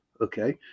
okay